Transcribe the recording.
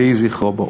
יהי זכרו ברוך.